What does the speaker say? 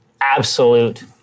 absolute